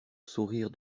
sourire